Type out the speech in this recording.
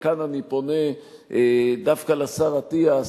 וכאן אני פונה דווקא לשר אטיאס,